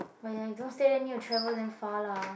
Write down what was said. but ya if don't stay there need to travel damn far lah